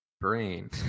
brain